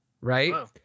right